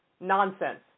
nonsense